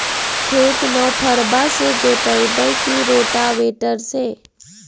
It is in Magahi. खेत नौफरबा से जोतइबै की रोटावेटर से?